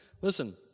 Listen